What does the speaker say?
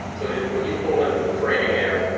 so when you pull into framingham,